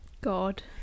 god